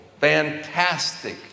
fantastic